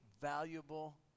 valuable